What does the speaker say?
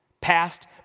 past